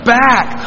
back